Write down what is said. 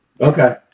Okay